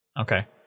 Okay